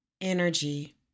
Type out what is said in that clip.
energy